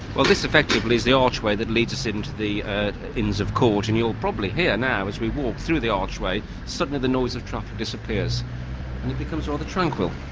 well this effectively is the archway that leads us into the inns of court, and you'll probably hear now as we walk through the archway, suddenly the noise of traffic disappears and it becomes rather tranquil.